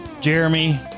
Jeremy